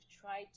tried